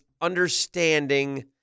understanding